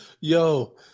Yo